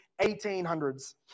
1800s